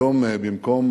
היום, במקום